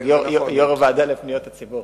של יושב-ראש הוועדה לפניות הציבור.